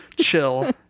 chill